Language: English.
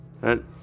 right